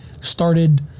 started